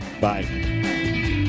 Bye